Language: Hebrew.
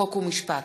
חוק ומשפט,